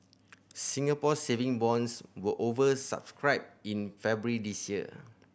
Singapore Saving Bonds were over subscribed in February this year